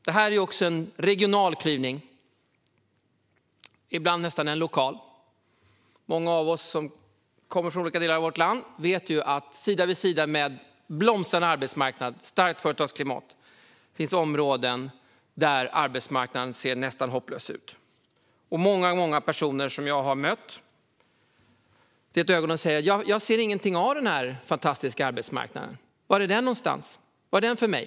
Detta är också en regional, och ibland nästan en lokal, klyvning. Vi som är här kommer från olika delar av vårt land, och många av oss vet att det sida vid sida med en blomstrande arbetsmarknad och ett starkt företagsklimat finns områden där arbetsmarknaden ser nästan hopplös ut. Många personer som jag har mött ser mig i ögonen och säger: Jag ser ingenting av den här fantastiska arbetsmarknaden. Var är den någonstans? Var finns den för mig?